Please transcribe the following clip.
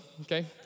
Okay